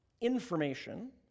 information